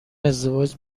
ازدواج